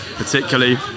particularly